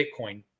Bitcoin